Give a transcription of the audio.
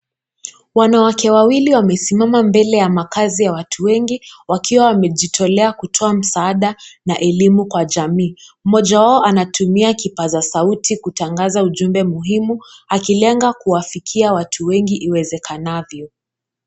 Wanawake wawili wamesimama mbele ya makazi ya watu wengi wakiwa wamejitolea kutoa msaada na elimu kwa jamii. Mmoja wao anatumia kipaza sauti kutangaza ujumbe muhimu akilenga kuwafikia watu wengi iwezekanavyo.